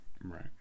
Right